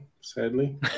sadly